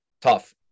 tough